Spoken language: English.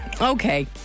Okay